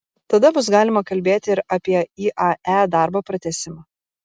tada bus galima kalbėti ir apie iae darbo pratęsimą